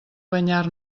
banyar